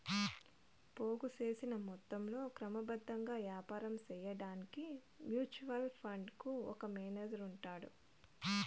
పోగు సేసిన మొత్తంలో క్రమబద్ధంగా యాపారం సేయడాన్కి మ్యూచువల్ ఫండుకు ఒక మేనేజరు ఉంటాడు